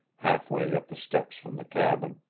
half-way up the steps from the cabin.